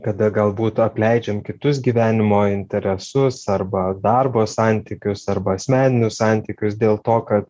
kada galbūt apleidžiam kitus gyvenimo interesus arba darbo santykius arba asmeninius santykius dėl to kad